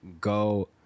go